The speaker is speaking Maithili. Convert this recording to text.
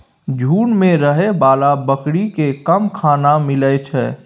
झूंड मे रहै बला बकरी केँ कम खाना मिलइ छै